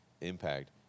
impact